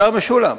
השר משולם,